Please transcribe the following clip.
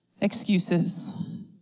excuses